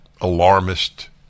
alarmist